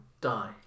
die